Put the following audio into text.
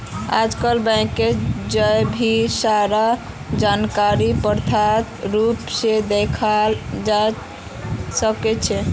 आजकल बैंकत जय भी सारा जानकारीक प्रत्यक्ष रूप से दखाल जवा सक्छे